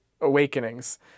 awakenings